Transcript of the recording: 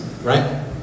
Right